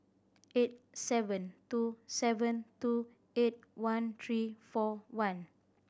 eight seven two seven two eight one three four one